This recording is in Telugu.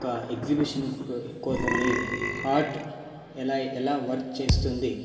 ఒక ఎగ్జిబిషన్ కో కోసమని హార్ట్ ఎలా ఎలా వర్క్ చేస్తుంది